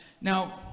Now